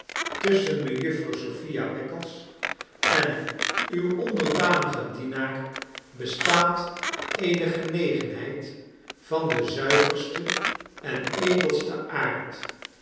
tusschen raejuffer sophia wackles en uw onderdanigen dienaar bestaat eene genegenheid van den zuiversten en edelsten aard